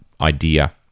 idea